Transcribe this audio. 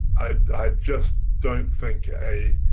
i just don't think a